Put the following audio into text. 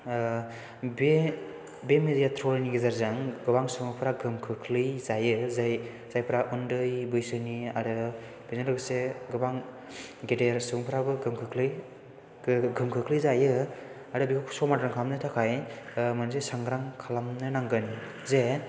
बे बे मिडिया ट्र'लिंनि गेजेरजों गोबां सुबुंफोरा गोहोम खोख्लैजायो जाय जायफ्रा उन्दै बैसोनि आरो बेजों लोगोसे गोबां गेदेर सुबुंफ्राबो गोहोम खोख्लै गोहोम खोख्लै जायो आरो बेफोरखौ समादान खालामनो थाखाय मोनसे सांग्रां खालामनो नांगोन जे